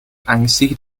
angstig